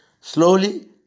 Slowly